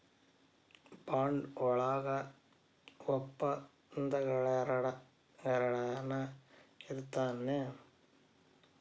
Bond ವಳಗ ವಪ್ಪಂದಗಳೆನರ ಇರ್ತಾವೆನು?